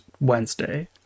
Wednesday